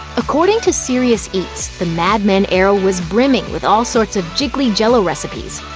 according to serious eats, the mad men era was brimming with all sorts of jiggly jell-o recipes.